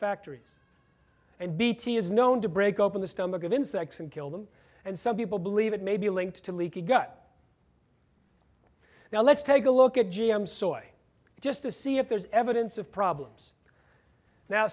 factories and bt is known to break open the stomach of insects and kill them and some people believe it may be linked to leaky gut now let's take a look at g m soy just to see if there's evidence of problems now